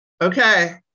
okay